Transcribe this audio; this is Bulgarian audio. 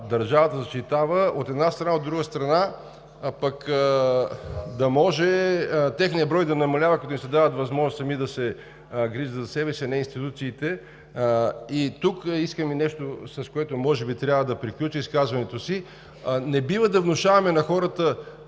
държавата защитава, от една страна, а, от друга страна, да може техният брой да намалява, като им се дава възможност сами да се грижат за себе си, а не институциите. Тук искам да кажа и нещо, с което може би трябва да приключа изказването си. Не бива да внушаваме на хората,